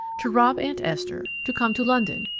to rob aunt esther, to come to london,